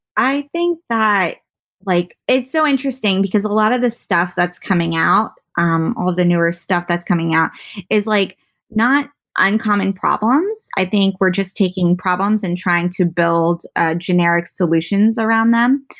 i think that like its' so interesting because a lot of the stuff that's coming out, um all the newer stuff that's coming out is like not uncommon problems. i think we're just taking problems and trying to build generic solutions around them.